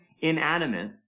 inanimate